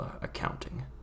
accounting